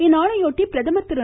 இந்நாளையொட்டி பிரதமர் திரு